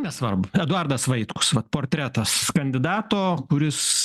nesvarbu eduardas vaitkus vat portretas kandidato kuris